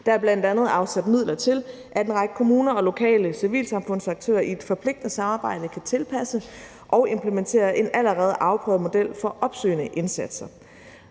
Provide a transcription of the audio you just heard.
Der er bl.a. afsat midler til, at en række kommuner og lokale civilsamfundsaktører i et forpligtende samarbejde kan tilpasse og implementere en allerede afprøvet model for opsøgende indsatser.